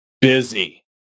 busy